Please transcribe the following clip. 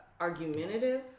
argumentative